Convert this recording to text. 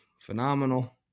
phenomenal